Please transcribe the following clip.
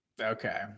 okay